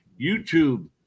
YouTube